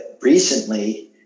recently